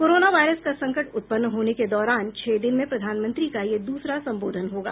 corona virus का संकट उत्पन्न होने के दौरान छह दिन में प्रधानमंत्री का यह दूसरा संबोधन होगा